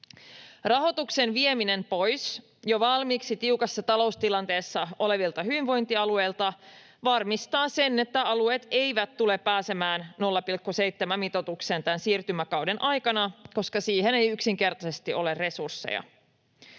Rahoituksen vieminen pois jo valmiiksi tiukassa taloustilanteessa olevilta hyvinvointialueilta varmistaa sen, että alueet eivät tule pääsemään 0,7:n mitoitukseen tämän siirtymäkauden aikana, koska siihen ei yksinkertaisesti ole resursseja.